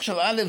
עכשיו, א.